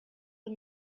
him